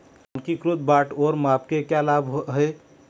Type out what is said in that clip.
मानकीकृत बाट और माप के क्या लाभ हैं?